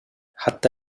حتى